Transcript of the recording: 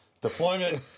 Deployment